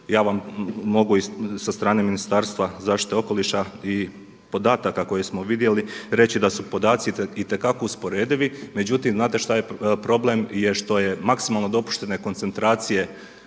ja vam mogu sa strane Ministarstva zaštite okoliša i podataka koje smo vidjeli reći da su podaci itekako usporedivi, međutim znate problem je što je maksimalno dopuštene koncentracije